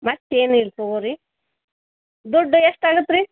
ಮತ್ತೇನೂ ಇಲ್ಲ ತೊಗೋ ರಿ ದುಡ್ಡು ಎಷ್ಟು ಆಗತ್ತೆ ರಿ